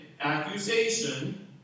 accusation